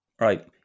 right